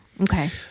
okay